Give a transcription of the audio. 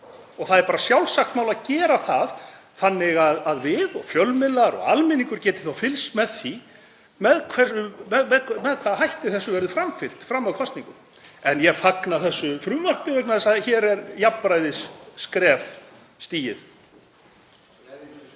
Það er bara sjálfsagt mál að gera það þannig að við og fjölmiðlar og almenningur getum þá fylgst með því með hvaða hætti þessu verður framfylgt fram að kosningum. En ég fagna þessu frumvarpi vegna þess að hér er jafnræðisskref stigið.